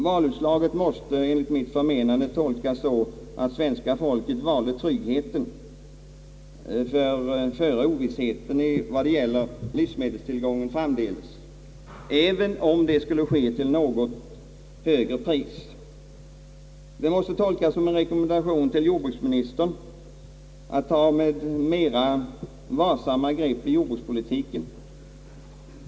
Valutslaget måste enligt mitt förmenande tolkas så, att det svenska folket valde tryggheten före ovissheten om livsmedelstillgången framdeles, även om det skulle ske till ett något högre pris. Det måste tolkas såsom en rekommendation till jordbruksministern att ta med mera varsamt grepp på jordbrukspolitiken.